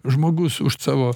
žmogus už savo